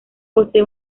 posee